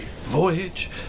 voyage